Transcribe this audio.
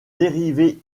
dérivé